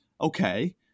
okay